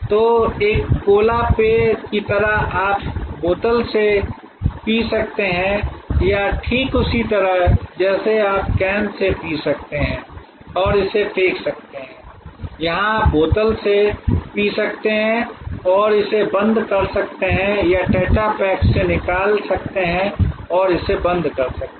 तो एक कोला पेय की तरह आप बोतल से पी सकते हैं या ठीक उसी तरह जैसे आप कैन से पी सकते हैं और इसे फेंक सकते हैं यहाँ आप बोतल से पी सकते हैं और इसे बंद कर सकते हैं या टेट्रा पैक से निकाल सकते हैं और इसे बंद कर सकते हैं